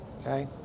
Okay